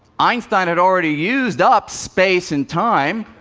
einstein had already used up space and time,